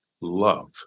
love